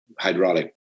hydraulic